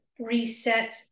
resets